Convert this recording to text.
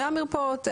100 מרפאות,